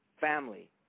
family